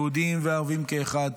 יהודים וערבים כאחד,